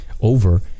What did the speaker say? over